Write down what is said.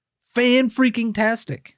Fan-freaking-tastic